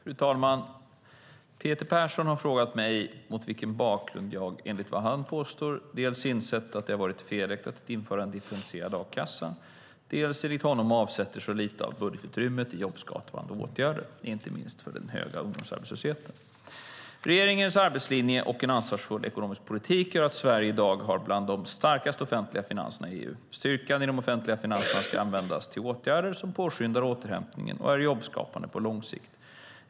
Fru talman! Peter Persson har frågat mig mot vilken bakgrund jag - enligt vad han påstår - dels insett att det varit felaktigt att införa en differentierad a-kassa, dels - enligt honom - avsätter så lite av budgetutrymmet i jobbskapande åtgärder, inte minst för att möta den höga ungdomsarbetslösheten. Regeringens arbetslinje och en ansvarsfull ekonomisk politik gör att Sverige i dag har bland de starkaste offentliga finanserna i EU. Styrkan i de offentliga finanserna ska användas till åtgärder som påskyndar återhämtningen och är jobbskapande på lång sikt.